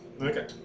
Okay